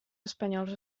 espanyols